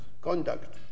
conduct